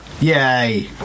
Yay